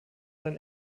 sein